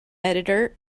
editor